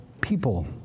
people